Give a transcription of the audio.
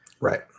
right